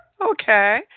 Okay